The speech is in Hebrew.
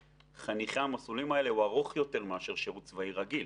חניכי המסלולים האלה הוא ארוך יותר מאשר שירות צבאי רגיל.